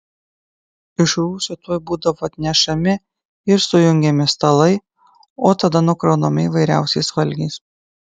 iš rūsio tuoj būdavo atnešami ir sujungiami stalai o tada nukraunami įvairiausiais valgiais